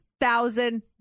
thousand